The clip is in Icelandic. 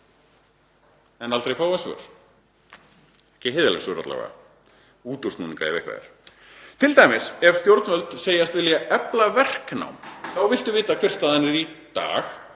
En aldrei fáum við svör, ekki heiðarleg svör alla vega, útúrsnúninga ef eitthvað er. Til dæmis ef stjórnvöld segjast vilja efla verknám þá viltu vita hver staðan er í dag,